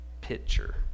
picture